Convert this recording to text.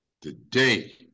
Today